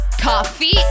coffee